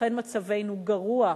אכן מצבנו גרוע,